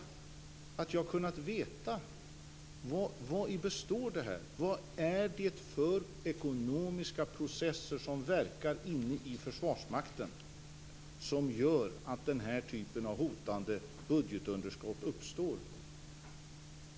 Jag har velat veta vari det här består. Vad är det för ekonomiska processer som verkar inne i Försvarsmakten som gör att den här typen av hotande budgetunderskott uppstår?